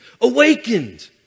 awakened